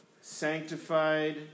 Sanctified